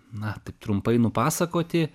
na taip trumpai nupasakoti